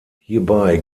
hierbei